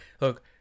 look